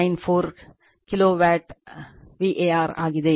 594 kVAr ಆಗಿದೆ